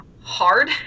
hard